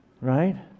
Right